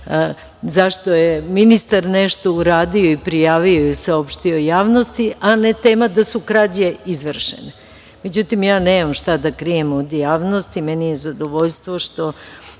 zašto je ministar nešto uradio i prijavio, saopštio javnosti, a ne tema da su krađe izvršene.Međutim, ja nemam šta da krijem od javnosti meni je zadovoljstvo što